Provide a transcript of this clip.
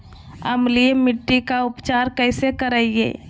अम्लीय मिट्टी के उपचार कैसे करियाय?